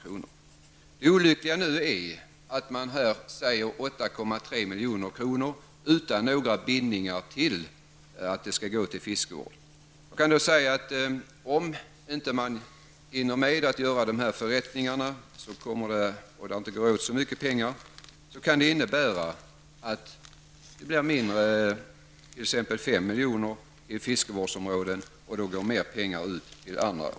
Det olyckliga är att majoriteten vill anslå 8,3 milj.kr. utan att binda pengarna till just fiskevård. Om man inte hinner med att genomföra nämnda förrättningar, och det alltså inte går åt så mycket pengar, blir det kanske bara 5 milj.kr. till fiskevårdsområdena och mer pengar till annat.